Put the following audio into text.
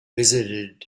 visited